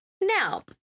Now